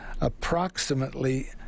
approximately